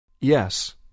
Yes